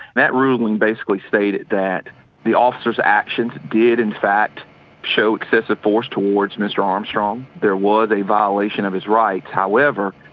that ruling basically stated that the officer's actions did in fact show excessive force towards mr armstrong. there was a violation of his rights. however,